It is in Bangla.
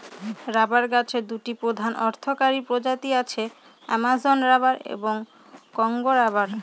রবার গাছের দুটি প্রধান অর্থকরী প্রজাতি আছে, অ্যামাজন রবার এবং কংগো রবার